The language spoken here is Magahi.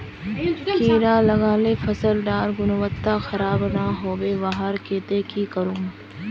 कीड़ा लगाले फसल डार गुणवत्ता खराब ना होबे वहार केते की करूम?